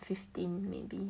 fifteen maybe